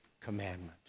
commandment